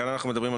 כאן אנחנו מדברים,